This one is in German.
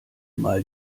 mal